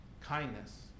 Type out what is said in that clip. kindness